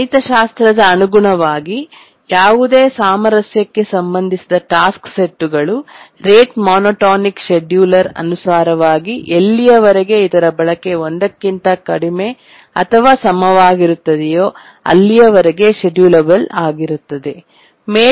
ಗಣಿತಶಾಸ್ತ್ರದ ಅನುಗುಣವಾಗಿ ಯಾವುದೇ ಸಾಮರಸ್ಯಕ್ಕೆ ಸಂಬಂಧಿಸಿದ ಟಾಸ್ಕ್ ಸೆಟ್ ಗಳು ರೇಟ್ ಮೋನೋಟೋನಿಕ್ ಶೆಡ್ಯೂಲರ್ ಅನುಸಾರವಾಗಿ ಎಲ್ಲಿಯವರೆಗೆ ಇದರ ಬಳಕೆ 1 ಕ್ಕಿಂತ ಕಡಿಮೆ ಅಥವಾ ಸಮವಾಗಿರುತ್ತದೆಯೋ ಅಲ್ಲಿಯವರೆಗೆ ಸ್ಕೆಡ್ಯೂಲಬಲ್ ಆಗಿರುತ್ತದೆ